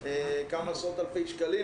כמה עשרות אלפי שקלים,